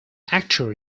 actor